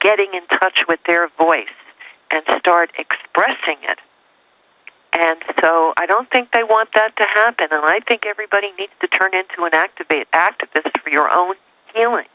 getting in touch with their voice and start expressing it and so i don't think they want that to happen and i think everybody needs to turn into an active activist for your own